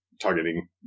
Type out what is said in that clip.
targeting